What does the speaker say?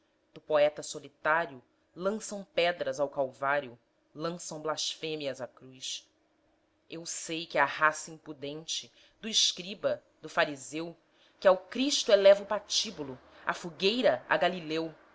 do poeta solitário lançam pedras ao calvário lançam blasfêmias à cruz eu sei que a raça impudente do escriba do fariseu que ao cristo eleva o patíbulo a fogueira a galileu